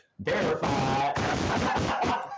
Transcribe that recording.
verified